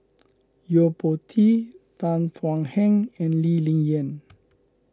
Yo Po Tee Tan Thuan Heng and Lee Ling Yen